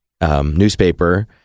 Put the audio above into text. newspaper